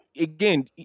again